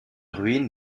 ruines